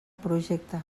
projecte